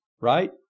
Right